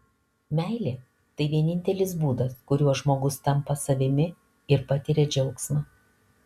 meilė tai vienintelis būdas kuriuo žmogus tampa savimi ir patiria džiaugsmą